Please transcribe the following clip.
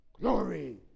glory